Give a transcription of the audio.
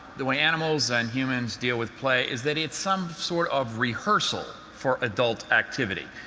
the way animals and humans deal with play, is that it's some sort of rehearsal for adult activity.